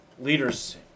Leaders